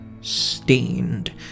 stained